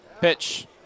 Pitch